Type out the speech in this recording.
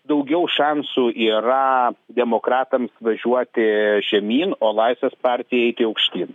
daugiau šansų yra demokratams važiuoti žemyn o laisvės partijai eiti aukštyn